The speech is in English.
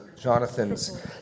Jonathan's